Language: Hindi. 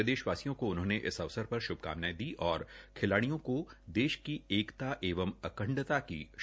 प्रदशवासियों को उन्होंने इस अवसर पर श्भकामनायें दी और खिलाड्डियों देश की एकता एवं अखंडता की शपथ दिलाई